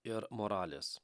ir moralės